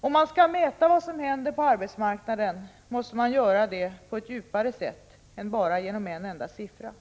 Om man skall mäta utvecklingen på arbetsmarknaden måste man göra det genom att studera den på ett mer djupgående sätt och inte bara genom att utgå från en enda sifferuppgift.